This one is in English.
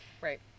right